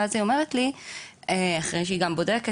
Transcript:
ואז היא אומרת לי אחרי שהיא גם בודקת,